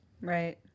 Right